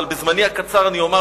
אבל בזמני הקצר אומר,